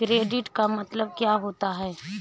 Credit का मतलब क्या होता है?